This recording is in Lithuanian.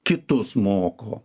kitus moko